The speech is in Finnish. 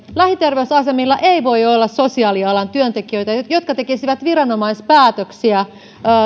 lähiterveysasemilla ei voi olla sosiaalialan työntekijöitä jotka jotka tekisivät viranomaispäätöksiä